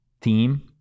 theme